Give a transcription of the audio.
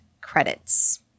credits